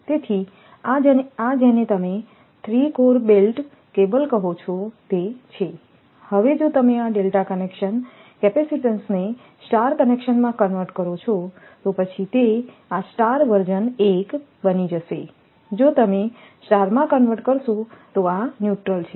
તેથી આ જેને તમે 3 કોર બેલ્ટ્ડ કેબલ કહો છો તે છે હવે જો તમે આ ડેલ્ટા કનેક્શન કેપેસિટીન્સને સ્ટાર કનેક્શનમાં કન્વર્ટ કરો છો તો પછી તે આ સ્ટાર વર્ઝન 1 બની જશે જો તમે સ્ટારમાં કન્વર્ટ કરશો તો આ ન્યુટ્રલ છે